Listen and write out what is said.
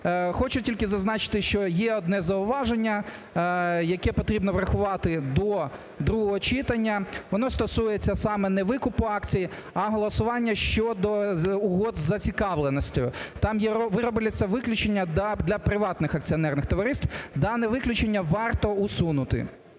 Хочу тільки зазначити, що є одне зауваження, яке потрібно врахувати до другого читання. Воно стосується саме не викупу акцій, а голосування щодо угод із зацікавленістю, там робляться виключення для приватних акціонерних товариств. Дане виключення варто усунути.